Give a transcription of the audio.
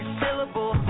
syllable